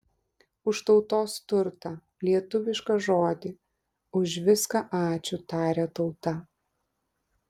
už tautos turtą lietuvišką žodį už viską ačiū taria tauta